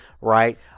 right